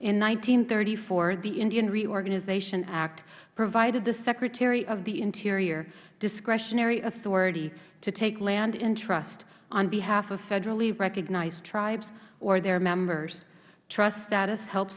and thirty four the indian reorganization act provided the secretary of the interior discretionary authority to take land in trust on behalf of federally recognized tribes or their members trust status help